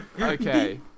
Okay